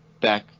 back